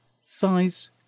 size